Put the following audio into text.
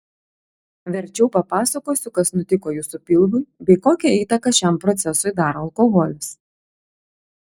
verčiau papasakosiu kas nutiko jūsų pilvui bei kokią įtaką šiam procesui daro alkoholis